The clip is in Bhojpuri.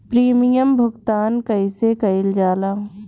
प्रीमियम भुगतान कइसे कइल जाला?